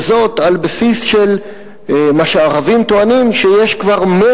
וזאת על בסיס של מה שהערבים טוענים שיש כבר 100